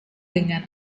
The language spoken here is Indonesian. dengan